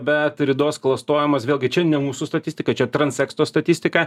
bet ridos klastojimas vėlgi čia ne mūsų statistika čia tranceksto statistika